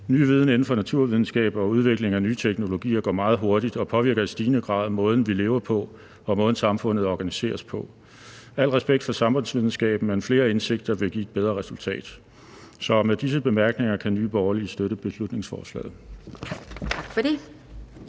ny viden inden for naturvidenskab og udvikling af nye teknologier går meget hurtigt og påvirker i stigende grad måden, vi lever på, og måden, samfundet organiseres på, og med al respekt for samfundsvidenskaben vil flere indsigter vil give et bedre resultat. Med disse bemærkninger kan Nye Borgerlige støtte beslutningsforslaget.